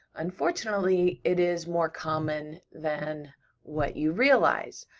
unfortunately, it is more common than what you realize.